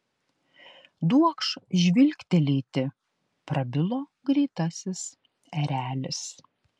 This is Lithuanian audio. duokš žvilgtelėti prabilo greitasis erelis